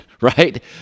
right